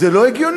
זה לא הגיוני.